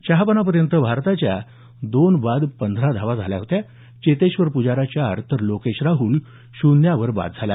चहापानापर्यंत भारताच्या दोन बाद पंधरा धावा झाल्या होत्या चेतेश्वर प्जारा चार तर लोकेश राहुल शून्यावर बाद झाला